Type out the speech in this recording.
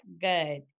good